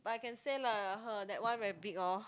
but I can say lah her that one very big lor